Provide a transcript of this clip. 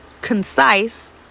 concise